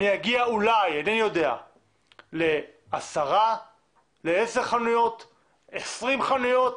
אני אגיע אולי ל-10 20 חנויות